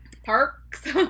Parks